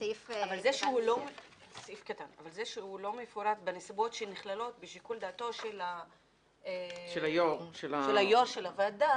אבל זה שהוא לא מפורט בנסיבות שנכללות בשיקול דעתו של יו"ר הוועדה